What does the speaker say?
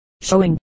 showing